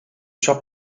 shop